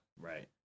right